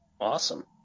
Awesome